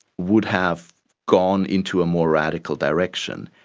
would have gone into a more radical direction.